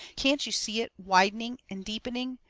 can't you see it widening and deepening,